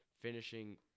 finishing